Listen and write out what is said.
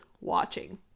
watching